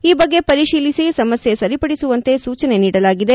ಈ ಬಗ್ಗೆ ಪರಿಶೀಲಿಸಿ ಸಮಸ್ಯೆ ಸರಿಪಡಿಸುವಂತೆ ಸೂಚನೆ ನೀಡಲಾಗಿದೆ